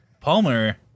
Palmer